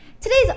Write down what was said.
Today's